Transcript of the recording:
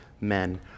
men